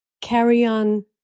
carry-on